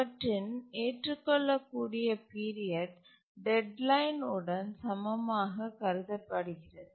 அவற்றின் ஏற்றுக்கொள்ளக்கூடிய period deadline உடன் சமமாகக் கருதப்படுகிறது